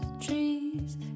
trees